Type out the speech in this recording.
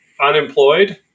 Unemployed